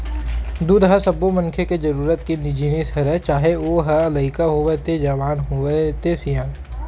दूद ह सब्बो मनखे के जरूरत के जिनिस हरय चाहे ओ ह लइका होवय ते जवान ते सियान